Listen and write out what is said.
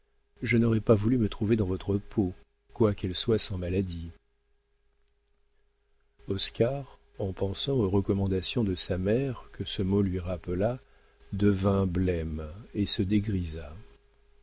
je n'aurais pas voulu me trouver dans votre peau quoiqu'elle soit sans maladies oscar en pensant aux recommandations de sa mère que ce mot lui rappela devint blême et se dégrisa